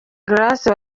grace